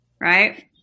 right